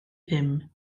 ddim